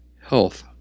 health